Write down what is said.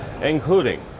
including